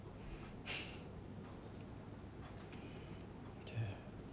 okay